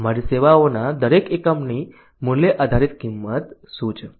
અમારી સેવાઓના દરેક એકમની મૂલ્ય આધારિત કિંમત શું છે